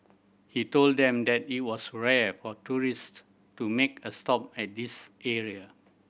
he told them that it was rare for tourist to make a stop at this area